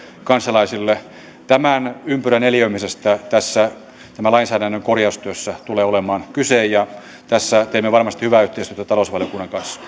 kansalaisille tämän ympyrän neliöimisestä tässä tämän lainsäädännön korjaustyössä tulee olemaan kyse ja tässä teemme varmasti hyvää yhteistyötä talousvaliokunnan kanssa